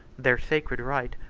their sacred right,